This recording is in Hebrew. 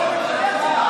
זה חשוב.